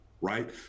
right